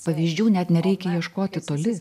pavyzdžių net nereikia ieškoti toli